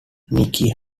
nicky